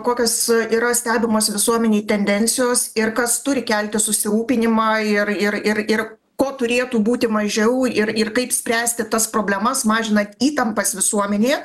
kokios yra stebimos visuomenėj tendencijos ir kas turi kelti susirūpinimą ir ir ir ir ko turėtų būti mažiau ir ir kaip spręsti tas problemas mažinant įtampas visuomenėje